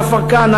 כפר-כנא,